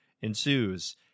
ensues